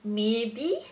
maybe